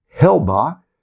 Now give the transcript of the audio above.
Helba